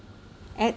at